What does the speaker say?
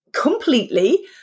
completely